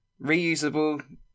Reusable